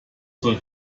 soll